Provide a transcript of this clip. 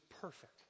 perfect